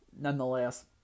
nonetheless